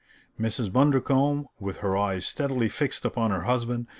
mrs. bundercombe, with her eyes steadily fixed upon her husband,